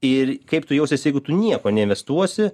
ir kaip tu jausies jeigu tu nieko neinvestuosi